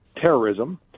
terrorism